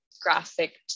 graphic